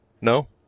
no